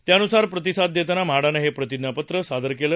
त्यावर प्रतिसाद देताना म्हाडानं हे प्रतिज्ञापत्र सादर केलं